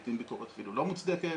לעתים ביקורת אפילו לא מוצדקת,